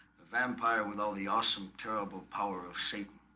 vampire with all the awesome terrible power of satan